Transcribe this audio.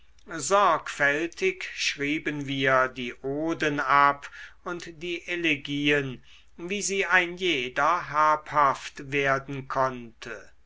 sorgfältig schrieben wir die oden ab und die elegien wie sie ein jeder habhaft werden konnte